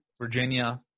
Virginia